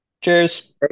Cheers